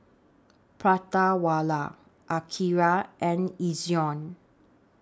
Prata Wala Akira and Ezion